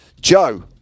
Joe